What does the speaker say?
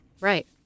Right